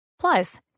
Plus